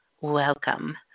welcome